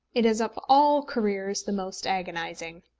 it is of all careers the most agonising.